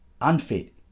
unfit